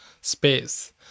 space